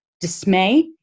dismay